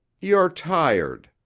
you're tired,